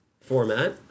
format